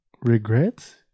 regrets